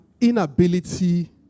inability